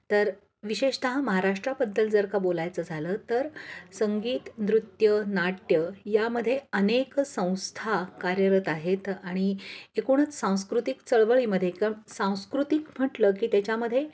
तर विशेषतः महाराष्ट्राबद्दल जर का बोलायचं झालं तर संगीत नृत्य नाट्य यामध्ये अनेक संस्था कार्यरत आहेत आणि एकूणच सांस्कृतिक चळवळीमध्ये क सांस्कृतिक म्हटलं की त्याच्यामध्ये